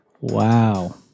Wow